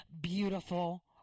beautiful